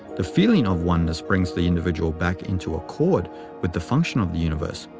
the feeling of oneness brings the individual back into accord with the function of the universe,